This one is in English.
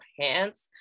pants